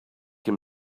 him